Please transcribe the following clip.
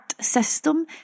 system